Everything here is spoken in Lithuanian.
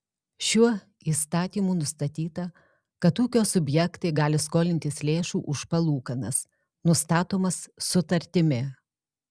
šiuo įstatymu nustatyta kad ūkio subjektai gali skolintis lėšų už palūkanas nustatomas sutartimi